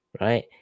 right